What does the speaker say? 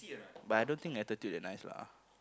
but I don't think attitude that nice lah